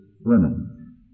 women